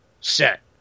set